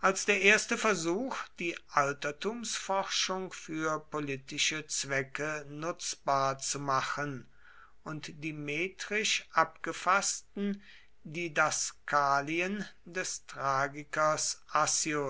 als der erste versuch die altertumsforschung für politische zwecke nutzbar zu machen und die metrisch abgefaßten didaskalien des tragikers